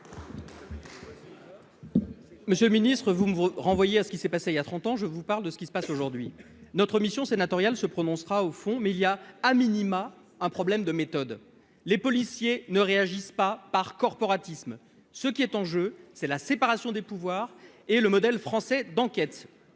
Monsieur le ministre, vous me renvoyez à ce qui s'est passé voilà trente ans ; je vous parle d'aujourd'hui. Notre mission sénatoriale se prononcera au fond, mais,, il y a un problème de méthode. Les policiers ne réagissent pas par corporatisme. Ce qui est en jeu, c'est la séparation des pouvoirs et le modèle français d'enquête.